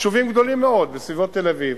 יישובים גדולים מאוד בסביבות תל-אביב,